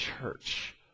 church